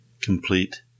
complete